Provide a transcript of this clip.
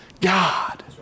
God